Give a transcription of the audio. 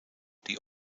die